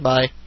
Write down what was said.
Bye